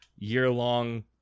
year-long